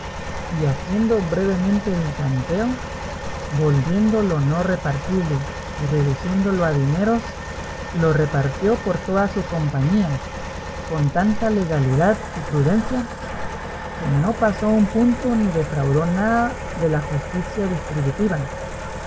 y haciendo brevemente el tanteo volviendo lo no repartible y reduciéndolo a dineros lo repartió por toda su compañía con tanta legalidad y prudencia que no pasó un punto ni defraudó nada de la justicia distributiva